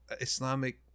Islamic